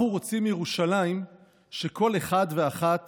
אנחנו רוצים ירושלים שכל אחד ואחת